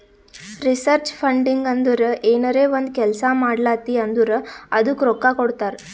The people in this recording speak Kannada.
ರಿಸರ್ಚ್ ಫಂಡಿಂಗ್ ಅಂದುರ್ ಏನರೇ ಒಂದ್ ಕೆಲ್ಸಾ ಮಾಡ್ಲಾತಿ ಅಂದುರ್ ಅದ್ದುಕ ರೊಕ್ಕಾ ಕೊಡ್ತಾರ್